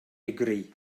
agree